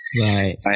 Right